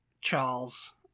charles